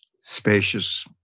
spacious